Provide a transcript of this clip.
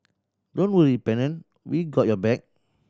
don't worry Pennant we got your back